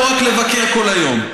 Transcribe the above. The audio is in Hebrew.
לא רק לבקר כל היום.